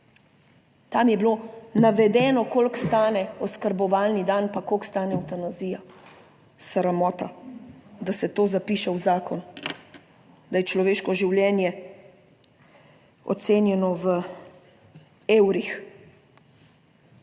Tam je bilo navedeno, koliko stane oskrbovalni dan, pa koliko stane evtanazija. Sramota, da se to zapiše v zakon, da je človeško življenje ocenjeno v evrih.